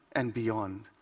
and beyond.